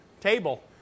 table